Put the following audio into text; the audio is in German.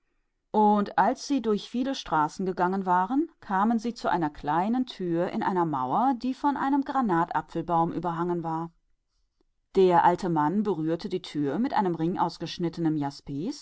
und nachdem sie durch viele straßen gegangen waren kamen sie an eine kleine tür in einer mauer die von einem granatbaum bedeckt war und der alte mann berührte die tür mit einem